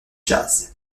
jazz